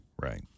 Right